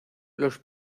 los